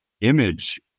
image